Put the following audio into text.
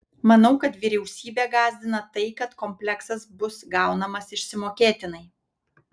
manau kad vyriausybę gąsdina tai kad kompleksas bus gaunamas išsimokėtinai